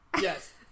Yes